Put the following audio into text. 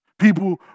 People